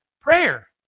prayer